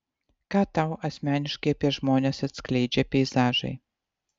ką tau asmeniškai apie žmones atskleidžia peizažai